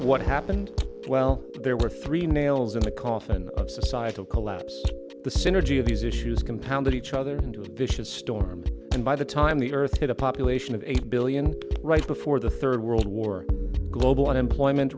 what happened well there were three nails in the coffin of societal collapse the synergy of these issues compounded each other with vicious storms and by the time the earth had a population of eight billion right before the third world war global unemployment